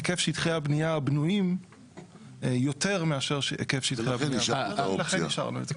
היקף שטחי הבניה הבנויים יותר מאשר --- ולכן השארנו את האופציה.